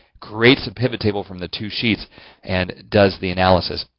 creates a pivot table from the two sheets and does the analysis.